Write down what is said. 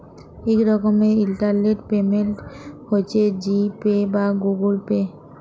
ইক রকমের internet payment হছে জি পে বা গুগল পে